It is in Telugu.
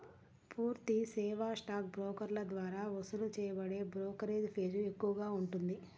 పూర్తి సేవా స్టాక్ బ్రోకర్ల ద్వారా వసూలు చేయబడే బ్రోకరేజీ ఫీజు ఎక్కువగా ఉంటుంది